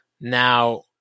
Now